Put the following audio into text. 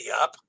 up